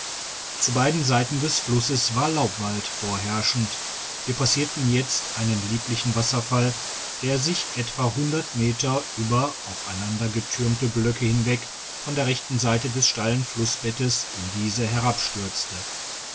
zu beiden seiten des flusses war laubwald vorherrschend wir passierten jetzt einen lieblichen wasserfall der sich etwa meter über aufeinandergetürmte blöcke hinweg von der rechten seite des steilen flussbettes in dieses